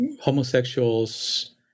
homosexuals